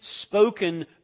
spoken